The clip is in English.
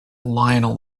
lionel